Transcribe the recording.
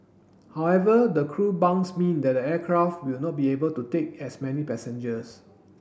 however the crew bunks mean that the aircraft will not be able to take as many passengers